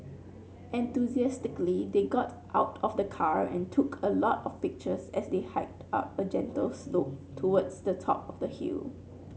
enthusiastically they got out of the car and took a lot of pictures as they hiked up a gentle slope towards the top of the hill